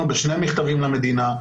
בשני מכתבים למדינה,